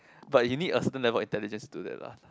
but you need a certain level intelligence to do that lah